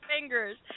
fingers